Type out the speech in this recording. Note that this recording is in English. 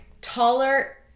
taller